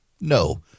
no